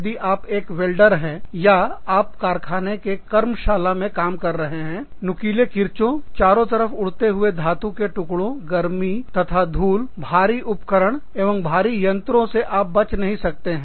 यदि आप एक वेल्डर हैं या आप कारखाने के कर्मशालाकार्यशाला में काम कर रहे है आप नुकीले किरचो चारों तरफ उड़ते हुए धातु के टुकड़ों गर्मी तथा धूल भारी उपकरण एवं भारी यंत्रों से आप बच नहीं सकते हैं